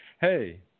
hey—